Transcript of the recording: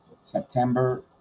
September